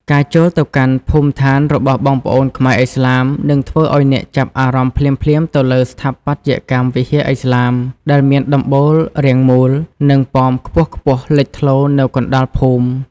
ការចូលទៅកាន់ភូមិដ្ឋានរបស់បងប្អូនខ្មែរឥស្លាម នឹងធ្វើឱ្យអ្នកចាប់អារម្មណ៍ភ្លាមៗទៅលើស្ថាបត្យកម្មវិហារឥស្លាម ដែលមានដំបូលរាងមូល និងប៉មខ្ពស់ៗលេចធ្លោនៅកណ្តាលភូមិ។